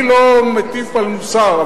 אני לא מטיף מוסר.